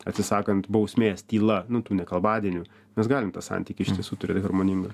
atsisakant bausmės tyla nu tų nekalbadienių mes galim tą santykį iš tiesų turėt harmoningą